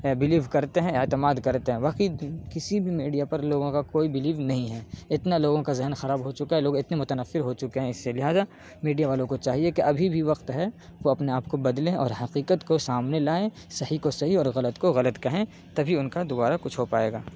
believe کرتے ہیں اعتماد کرتے ہیں باقی کسی بھی میڈیا پر لوگوں کا کوئی بیلیو نہیں ہے اتنا لوگوں کا ذہن خراب ہو چکا ہے لوگ اتنے متنفر ہو چکے ہیں اس سے لہذا میڈیا والوں کو چاہیے کہ ابھی بھی وقت ہے وہ اپنے آپ کو بدلیں اور حقیقت کو سامنے لائیں صحیح کو صحیح اور غلط کو غلط کہیں تبھی ان کا دوبارہ کچھ ہو پائے گا